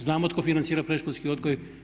Znamo tko financira predškolski odgoj.